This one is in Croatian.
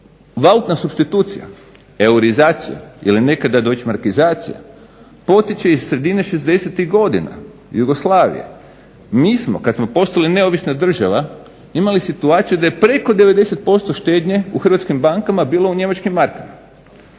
valutna supstitucija, eurizacija ili nekada deutschmarkizacija, potiče iz sredine šezdesetih godina Jugoslavije. Mi smo kada smo postali neovisna država imali situaciju da je preko 90% štednje u hrvatskim bankama bilo u njemačkim markama